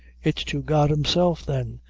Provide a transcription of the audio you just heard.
it's to god himself, then,